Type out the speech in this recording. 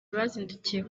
bazindukiye